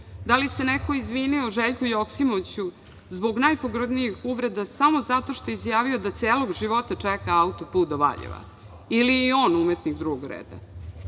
Da li se neko izvinio Željku Joksimoviću zbog najpogrdnijih uvreda samo zato što je izjavio da celog života čeka autoput do Valjeva ili je i on umetnik drugog